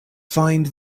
find